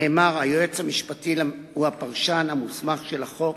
נאמר: היועץ המשפטי הוא הפרשן המוסמך של החוק,